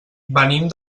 venim